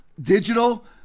digital